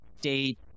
date